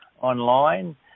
online